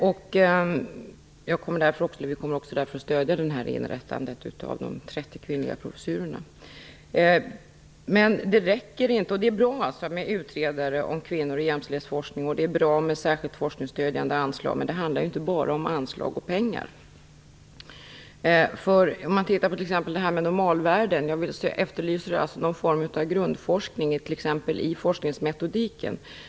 Därför kommer vi också att stödja inrättandet av de 30 Det är bra med utredare om kvinnor och jämställdhetsforskning, och det är bra med särskilt forskningsstödjande anslag, men det handlar ju inte bara om anslag och pengar. Låt mig ta upp detta med normalvärden. Jag efterlyser någon form av grundforskning i t.ex. forskningsmetodiken.